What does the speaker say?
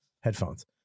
Headphones